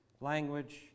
language